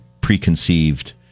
preconceived